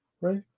right